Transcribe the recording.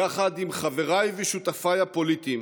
יחד עם חבריי ושותפיי הפוליטיים